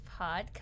podcast